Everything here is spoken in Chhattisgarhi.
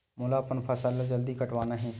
मोला अपन फसल ला जल्दी कटवाना हे?